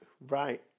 Right